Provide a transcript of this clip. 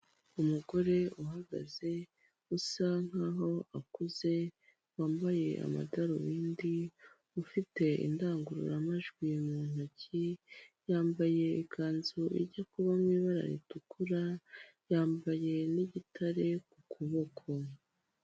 Umugore uhagaze usa nkaho akuze wambaye amadarobindi ufite indangururamajwi mu ntoki yambaye ikanzu ijya kuba mu ibara ritukura yambaye n'igitare ku kuboko.